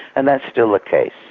and that's still the case.